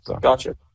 Gotcha